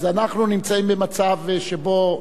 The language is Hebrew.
אז אנחנו נמצאים במצב שבו,